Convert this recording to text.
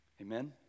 Amen